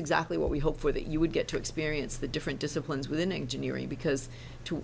exactly what we hope for that you would get to experience the different disciplines within engineering because